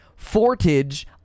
Fortage